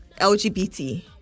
lgbt